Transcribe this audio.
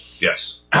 Yes